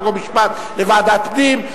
חוק ומשפט לוועדת פנים,